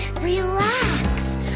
Relax